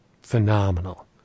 phenomenal